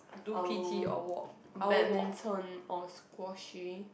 I will badminton or squash